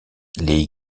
les